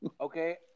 Okay